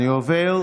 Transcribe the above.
אני עובר,